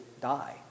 die